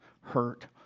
hurt